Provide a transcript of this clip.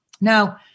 Now